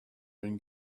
been